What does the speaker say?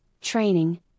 training